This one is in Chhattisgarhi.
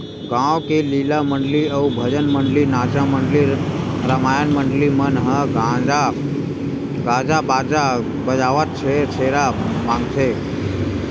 गाँव के लीला मंडली अउ भजन मंडली, नाचा मंडली, रमायन मंडली मन ह गाजा बाजा बजावत छेरछेरा मागथे